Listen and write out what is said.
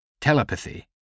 Telepathy